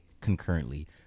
concurrently